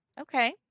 Okay